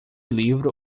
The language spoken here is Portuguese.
livro